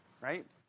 right